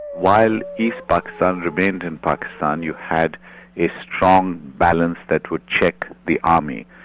while east pakistan remained in pakistan you had a strong balance that would check the army,